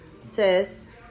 says